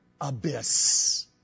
abyss